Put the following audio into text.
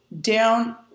down